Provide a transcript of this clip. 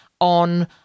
on